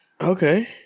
Okay